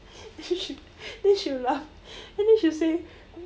then she then she will laugh and then she will say